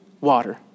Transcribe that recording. water